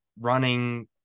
running